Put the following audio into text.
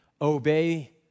obey